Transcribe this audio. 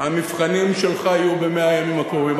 המבחנים שלך יהיו ב-100 הימים הקרובים.